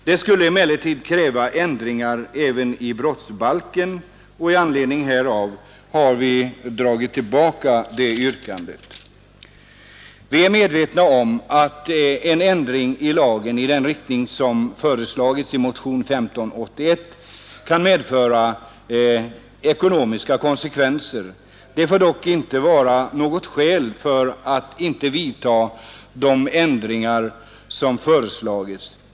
Det skulle emellertid kräva ändringar även i brottsbalken och i anledning härav har vi dragit tillbaka det yrkandet. Vi är medvetna om att en ändring av lagen i den riktning som föreslagits i motion 1581 kan få ekonomiska konsekvenser. Det får dock inte vara något skäl för att inte vidta de ändringar som föreslagits.